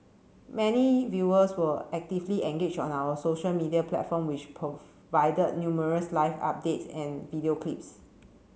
many viewers were actively engaged on our social media platform which provided numerous live updates and video clips